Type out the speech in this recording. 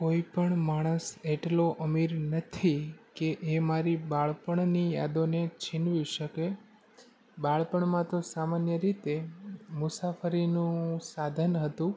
કોઈ પણ માણસ એટલો અમીર નથી કે એ મારી બાળપણની યાદો ને છીનવી શકે બાળપણમાં તો સામાન્ય રીતે મુસાફરીનું સાધન હતું